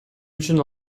үчүн